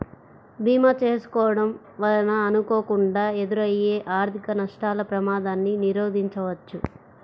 భీమా చేసుకోడం వలన అనుకోకుండా ఎదురయ్యే ఆర్థిక నష్టాల ప్రమాదాన్ని నిరోధించవచ్చు